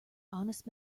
honest